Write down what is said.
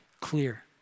clear